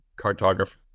cartographer